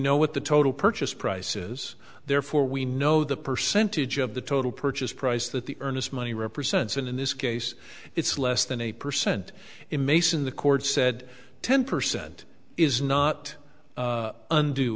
know what the total purchase price is therefore we know the percentage of the total purchase price that the earnest money represents and in this case it's less than eight percent in mason the court said ten percent is not